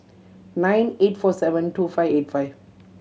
nine eight four seven two five eight five